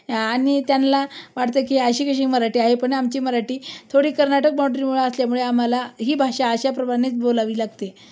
आणि त्यांला वाटतं की अशी कशी मराठी आहे पण आमची मराठी थोडी कर्नाटक बाँंडरीमुळे असल्यामुळे आम्हाला ही भाषा अशाप्रमाणेच बोलावी लागते